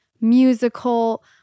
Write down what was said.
musical